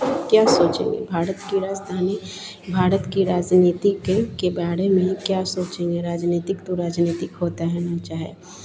क्या सोचेंगे भारत की राजधानी भारत की राजनीति के के बारे में क्या सोचेंगे राजनीतिक तो राजनीतिक होता है चाहे